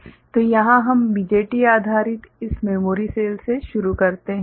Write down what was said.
तो यहाँ हम BJT आधारित इस मेमोरी सेल से शुरू करते हैं